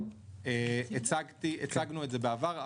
הצגנו את זה בעבר.